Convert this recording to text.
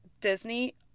Disney